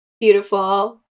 Beautiful